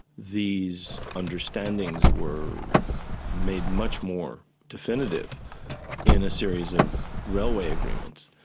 these understandings were made much more definitive in a series of railway agreements.